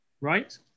right